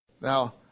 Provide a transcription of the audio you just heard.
Now